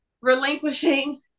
relinquishing